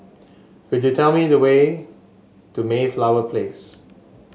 could you tell me the way to Mayflower Place